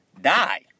Die